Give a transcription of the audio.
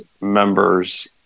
members